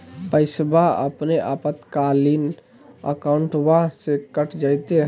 पैस्वा अपने आपातकालीन अकाउंटबा से कट जयते?